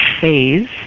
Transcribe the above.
phase